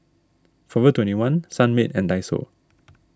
forever twenty one Sunmaid and Daiso